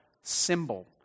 symbol